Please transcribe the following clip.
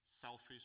selfish